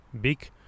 big